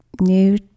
new